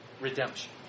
Redemption